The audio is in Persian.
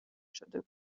شده